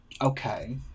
Okay